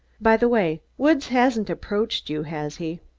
by the way, woods hasn't approached you, has he?